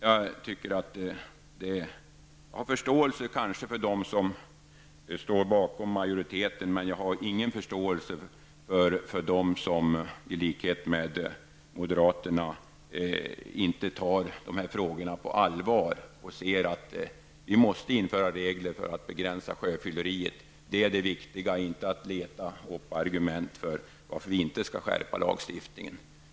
Jag har förståelse för dem som står bakom majoriteten, men jag har ingen förståelse för dem som i likhet med moderaterna inte tar de här frågorna på allvar och inser att vi måste införa promilleregler för att begränsa sjöfylleriet. Det är det viktiga -- inte att leta upp argument för att vi inte skall skärpa lagstiftningen.